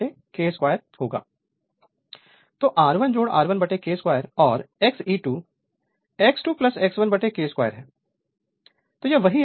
Refer Slide Time 2623 तोR2 R1k 2 और XE2 is X2 X 1K2 है